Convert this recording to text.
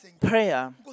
Prayer